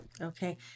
Okay